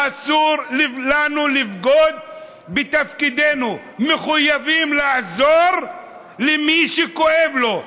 אסור לנו לבגוד בתפקידנו ואנחנו מחויבים לעזור למי שכואב לו,